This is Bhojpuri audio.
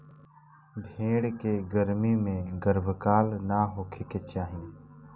भेड़ के गर्मी में गर्भकाल ना होखे के चाही